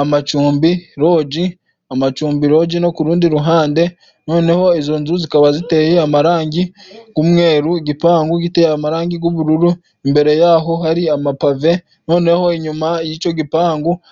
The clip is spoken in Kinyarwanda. amacumbi loji, amacumbi loji no k'ururundi ruhande noneho izo nzu zikaba ziteye amarangi g'umweru, igipangu giteye amarangi g'ubururu, imbere yaho hari amapave noneho inyuma y'ico gipangu.